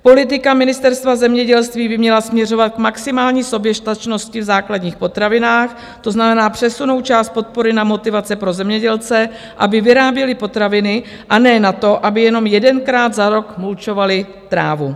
Politika Ministerstva zemědělství by měla směřovat k maximální soběstačnosti v základních potravinách, to znamená přesunout část podpory na motivace pro zemědělce, aby vyráběli potraviny, a ne na to, aby jenom jedenkrát za rok mulčovali trávu.